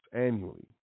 annually